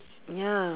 ya